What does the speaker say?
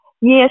Yes